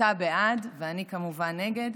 אתה בעד ואני כמובן נגד,